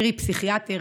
קרי פסיכיאטר,